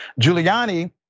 Giuliani